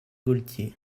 gaultier